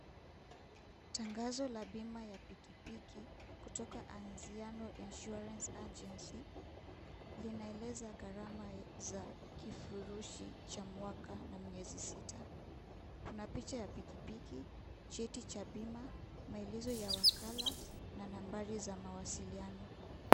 Tangazo la bima ya pikipiki kutoka ANZIANO INSURANCE AGENCY inaeleza gharama ya kifurushi cha mwaka na miezi sita, kuna picha ya pikipiki, cheti cha bima, maelezo ya wakala na nambari za mawasiliano.